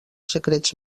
secrets